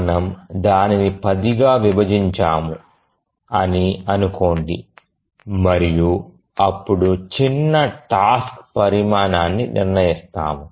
మనం దానిని 10గా విభజించాము అని అనుకోండి మరియు అప్పుడు చిన్న టాస్క్ పరిమాణాన్ని నిర్ణయిస్తాము